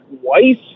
twice